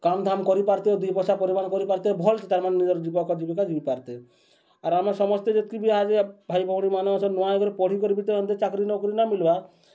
କାମ୍ଧାମ୍ କରିପାର୍ତେ ଆଉ ଦୁଇ ପଏସା ପରିମାଣ କରିପାର୍ତେ ଭଲ୍ଥିତା ତା'ର୍ମାନେ ନିଜର୍ ଜୀବନ୍ ଜୀବିକା ବି ଜିଁ ପାର୍ତେ ଆର୍ ଆମେ ସମସ୍ତେ ଯେତ୍କି ବି ଭାଇ ଭଉଣୀମାନଙ୍କର୍ ସେ ନୂଆ ହେଇକରି ପଢ଼ିକରି ବି ତ ଏନ୍ତି ଚାକରି ନୌକିରି ନି ମିଲ୍ବାର୍